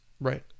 Right